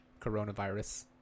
coronavirus